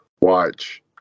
watch